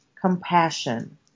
compassion